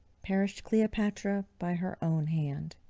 perished cleopatra by her own hand.